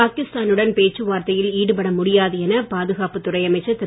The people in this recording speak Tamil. பாகிஸ்தானுடன் பேச்சுவார்த்தையில் ஈடுபட முடியாது என பாதுகாப்புத் துறை அமைச்சர் திரு